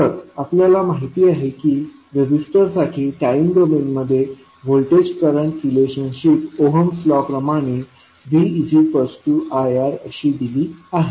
तर आपल्याला माहित आहे की रेजिस्टरसाठी टाईम डोमेनमध्ये voltage current relationship Ohm's law प्रमाणे viR अशी दिली आहे